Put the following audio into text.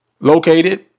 located